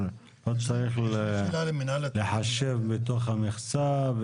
לא צריך לחשב בתוך המכסה,